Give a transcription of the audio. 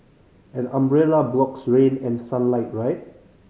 an umbrella blocks rain and sunlight right